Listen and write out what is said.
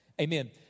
Amen